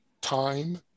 time